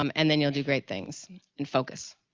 um and then you'll do great things and focus.